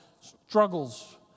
struggles